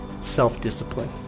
self-discipline